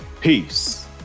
Peace